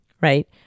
right